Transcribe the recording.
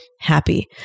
happy